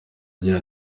agira